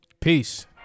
peace